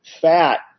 fat